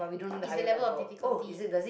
is the level of difficulty